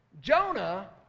Jonah